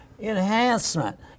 enhancement